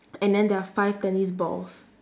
and then there are five tennis balls